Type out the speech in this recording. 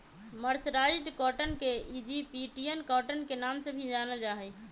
mercerised cotton के Egyptian cotton के नाम से भी जानल जा हई